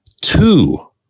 two